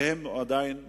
והם עדיין מבטיחים.